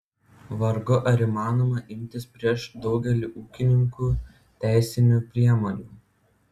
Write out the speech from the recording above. vargu ar įmanoma imtis prieš daugelį ūkininkų teisinių priemonių